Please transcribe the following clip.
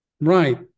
Right